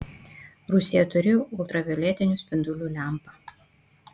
rūsyje turiu ultravioletinių spindulių lempą